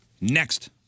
Next